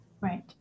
right